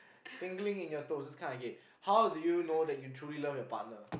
tingling in your toes that's kinda gay how do you know that you truly love your partner